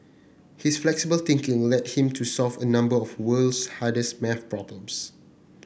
his flexible thinking led him to solve a number of the world's hardest maths problems